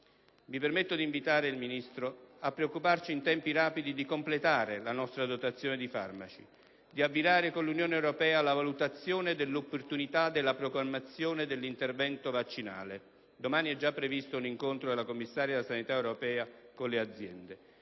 Mi permetto di invitare il Ministro a preoccuparsi in tempi rapidi di completare la nostra dotazione di farmaci e di abbinare con l'Unione europea la valutazione dell'opportunità della proclamazione dell'intervento vaccinale. Domani è già previsto un'incontro della Commissaria alla sanità europea con le aziende.